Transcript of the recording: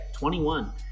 21